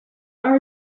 are